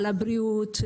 על הבריאות,